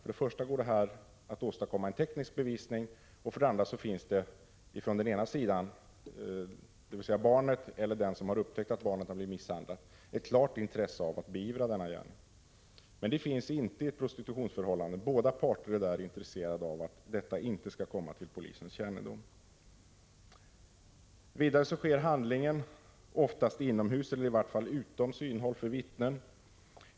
I det fallet går det för det första att åstadkomma en teknisk bevisning, och för det andra har barnet eller den som upptäckt att barnet blivit misshandlat ett klart intresse av att beivra denna gärning. Men något sådant intresse finns inte i ett prostitutionsförhållande; båda parter är där intresserade av att brottet inte skall komma till polisens kännedom. Vidare sker handlingen oftast inomhus eller i vart fall utom synhåll för vittnen.